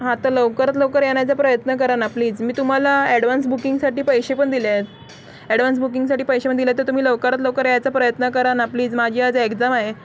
हा तर लवकरात लवकर येण्याचा प्रयत्न करा ना प्लीज मी तुम्हाला ॲडवान्स बुकिंगसाठी पैसे पण दिले आहेत ॲडव्हान्स बुकिंगसाठी पैसे पण दिलं आहे तर तुम्ही लवकरात लवकर यायचा प्रयत्न करा ना प्लीज माझी आज एक्झाम आहे